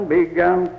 began